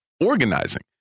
organizing